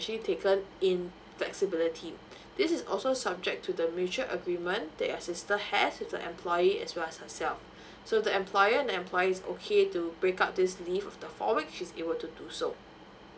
actually taken in flexibility this is also subject to the mutual agreement that your sister has with the employee as well as herself so the employer and employees okay to break up this leave of the four weeks she's able to do so